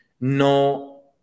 no